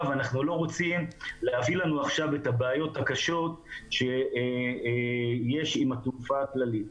ואנחנו לא רוצים להביא לנו עכשיו את הבעיות הקשות שיש עם התעופה הכללית.